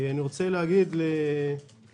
אני רוצה להגיד להודיה,